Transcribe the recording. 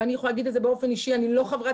ואני יכולה להגיד את זה באופן אישי - אני לא חברת